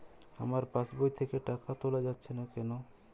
আমার পাসবই থেকে টাকা তোলা যাচ্ছে না কেনো?